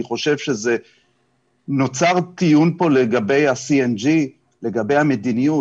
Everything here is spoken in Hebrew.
אני חושב שנוצר טיעון פה לגבי ה-CNG לגבי המדיניות,